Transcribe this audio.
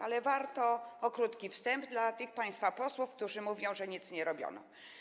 Ale warto przedstawić krótki wstęp - dla tych państwa posłów, którzy mówią, że nic nie robiono.